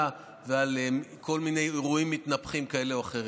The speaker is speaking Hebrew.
ועל כל מיני אירועים מתנפחים כאלה או אחרים.